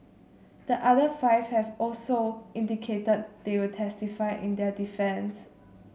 the other five have also indicated they will testify in their defence